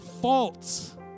faults